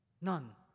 None